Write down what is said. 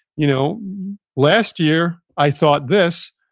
you know last year i thought this,